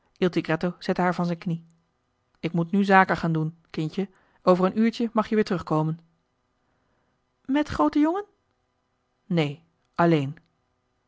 zette haar van zijn knie ik moet nu zaken gaan doen kindje over een uurtje mag je weer terugkomen met groote jongen neen alleen